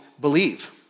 believe